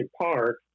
Park